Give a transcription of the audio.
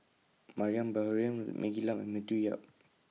Mariam Baharom Maggie Lim and Matthew Yap